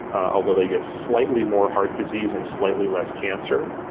although they get slightly more heart disease and slightly less cancer.